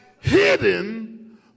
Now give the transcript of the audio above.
hidden